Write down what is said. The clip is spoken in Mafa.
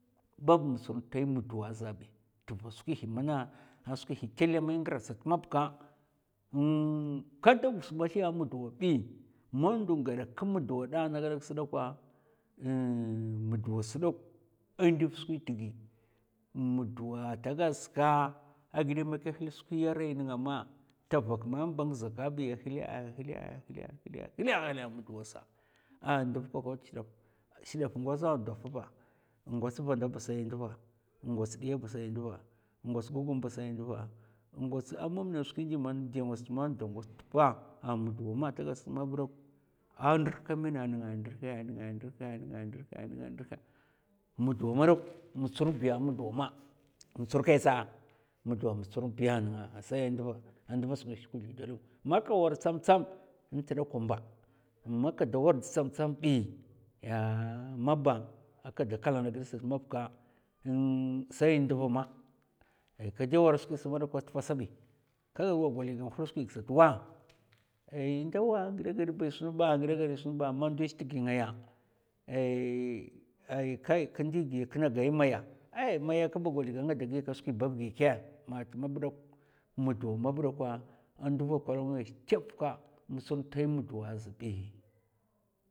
Bab motsor tai maduwa azbi tva skwi hi mana a skwi hi tèlè man i ngra sat mab ka kada gus mathiya a muduwa bi. man ndo in gadak ka muduwa da ana gadaks dakwa, muduwas dok a ndiv skwi tigɓ muduwa ta gadska a ghidè man ka hil skwi ara nènga ma ta vak mèmm ba a ngzaka bi a hila hila hila muduwa sa an nduv kakaw tè shidaf, shidaf ngoza ndump pba in ngwats vannda ba sai a ndva in ngwats diya ba sai a ndva, i ngwats gugum ba sai a ndva in ngwats a mam na skwi diman biya da ngwats tpa a muduwa ma a ta ghad sa mab dok a ndir hka mènè a nènga ndirhè, a nènga ndirhè. a nènga ndirhè mudu madok motsor in biya muduwa ma motsor kai tsa, muduwa motsor in biya nènga a sai, a sai a ndva skwi sa kthumdèlèk man ka war tsam tsam nta dakwa a mba, man kada warda tsam tsam ɓi ayy maba a kada kalana ghid sat mab ka umm sai in ndva ma ai kèdè war skwisa madakwa atpa sabi ka ghad wa gwalig in hul skwig sat wa? Ai ndawa ngidè a ghad è sun ba ngidè ghad è sun ba man ndo a zhè tighi ngaya aii aii kai kin ndi gi kina gai maya ay maya kaba gwaliga nga da giyaka skwi bab gi kè ma tmab muduwa mab dakwa a ndva kwalanghi ngai sa tèffa motsor ntai muduwa az bi,